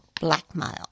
blackmail